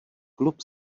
klub